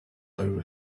over